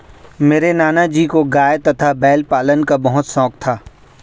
मेरे नाना जी को गाय तथा बैल पालन का बहुत शौक था